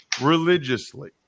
religiously